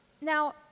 Now